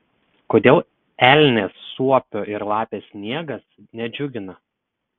kodėl elnės suopio ir lapės sniegas nedžiugina